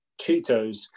Cheetos